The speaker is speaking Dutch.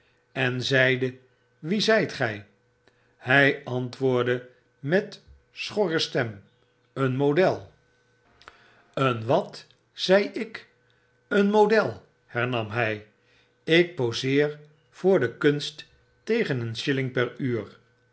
en zeide wie zijt gy pfp mmm mmmmmm de geest der kunst hy antwoordde met schorre stem een model een wat zei ik een model hernam by lk poseer voor de kunst tegen een shilling per uur